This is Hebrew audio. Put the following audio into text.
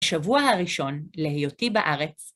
שבוע הראשון להיותי בארץ.